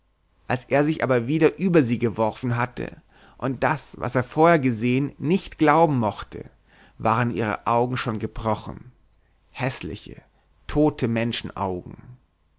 als er sich aber wieder über sie geworfen hatte und das was er vorher gesehn nicht glauben mochte waren ihre augen schon gebrochen häßliche tote